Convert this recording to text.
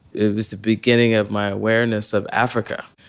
it was the beginning of my awareness of africa.